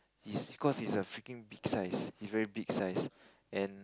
he's cause he's a freaking big size he very big size and